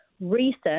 research